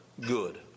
good